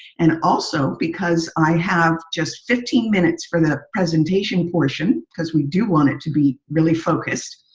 and also because i have just fifteen minutes from the presentation portion because we do want it to be really focused,